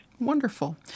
Wonderful